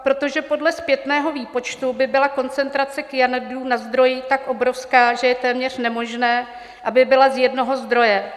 Protože podle zpětného výpočtu by byla koncentrace kyanidů na zdroji tak obrovská, že je téměř nemožné, aby byla z jednoho zdroje.